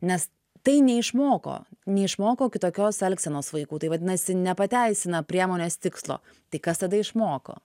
nes tai neišmoko neišmoko kitokios elgsenos vaikų tai vadinasi nepateisina priemonės tikslo tai kas tada išmoko